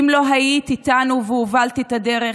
אם לא היית איתנו והובלת את הדרך,